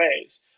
ways